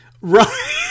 Right